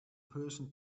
person